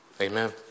Amen